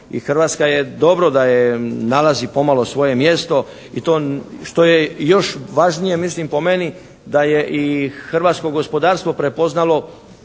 Hrvatska je, dobro da je nalazi pomalo svoje mjesto i to što je još važnije po meni, da je i hrvatsko gospodarstvo prepoznalo